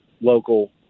local